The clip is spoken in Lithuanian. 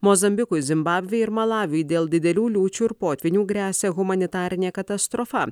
mozambikui zimbabvei ir malaviui dėl didelių liūčių ir potvynių gresia humanitarinė katastrofa